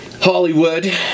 hollywood